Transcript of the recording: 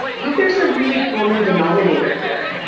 i think there's a really common denominator here.